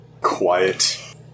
quiet